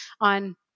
on